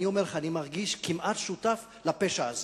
אני אומר לך, אני מרגיש כמעט שותף לפשע הזה.